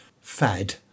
fad